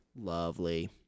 Lovely